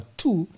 two